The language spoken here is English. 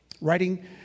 writing